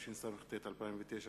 התשס"ט 2009,